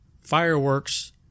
Fireworks